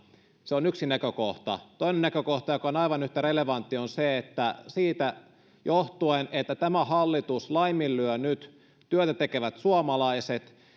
se on yksi näkökohta toinen näkökohta joka on aivan yhtä relevantti on se että siitä johtuen että tämä hallitus laiminlyö nyt työtä tekevät suomalaiset